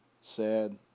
Sad